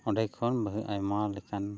ᱚᱸᱰᱮ ᱠᱷᱚᱱ ᱟᱭᱢᱟ ᱞᱮᱠᱟᱱ